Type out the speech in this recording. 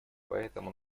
поэтому